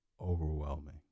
overwhelming